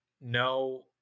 no